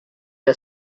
the